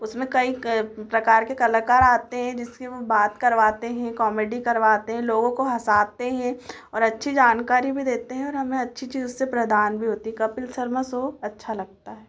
उसमें कई प्रकार के कलाकार आते हैं जिसकी वह बात करवाते हैं कॉमेडी करवाते हैं लोगों को हँसाते हैं और अच्छी जानकारी भी देते हैं और हमें अच्छी चीज़ उससे प्रदान भी होती है कपिल सर्मा सो अच्छा लगता है